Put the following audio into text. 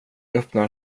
öppnar